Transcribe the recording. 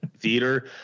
theater